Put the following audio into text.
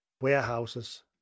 warehouses